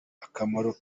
akamaro